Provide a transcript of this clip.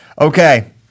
Okay